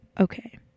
Okay